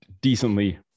decently